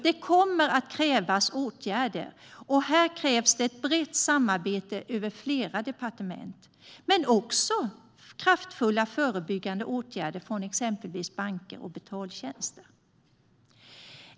Det kommer att krävas åtgärder, och här krävs det ett brett samarbete mellan flera departement men också kraftfulla förebyggande åtgärder från exempelvis banker och betaltjänster.